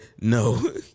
no